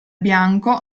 bianco